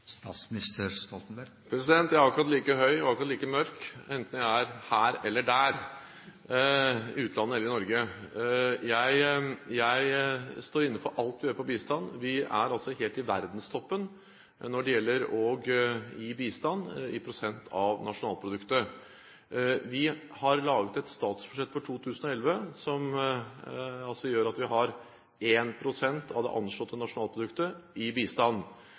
Jeg er akkurat like høy og akkurat like mørk enten jeg er her eller der – i utlandet eller i Norge. Jeg står inne for alt vi gjør innen bistand. Vi er altså helt i verdenstoppen når det gjelder å gi bistand i prosent av nasjonalproduktet. Vi har laget et statsbudsjett for 2011 som gjør at 1 pst. av det anslåtte nasjonalproduktet går til bistand.